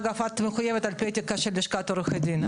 אגב את מחויבת על פי האתיקה של לשכת עורכי הדין,